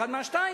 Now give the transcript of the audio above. אחד מהשניים.